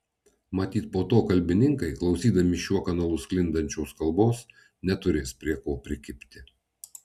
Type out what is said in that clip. matyt po to kalbininkai klausydami šiuo kanalu sklindančios kalbos neturės prie ko prikibti